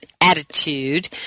attitude